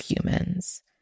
humans